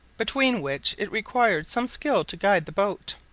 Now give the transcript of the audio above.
between which it required some skill to guide the boat.